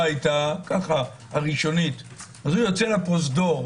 התשובה הראשונית היתה: הוא יוצא לפרוזדור,